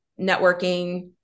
networking